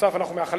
נוסף על כך